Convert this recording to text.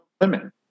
women